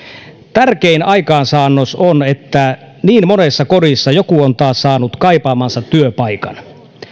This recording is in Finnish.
tärkein aikaansaannos on että niin monessa kodissa joku on taas saanut kaipaamansa työpaikan